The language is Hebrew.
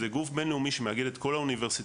זה גוף בין-לאומי שמאגד את כל האוניברסיטאות.